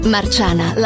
Marciana